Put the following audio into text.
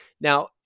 Now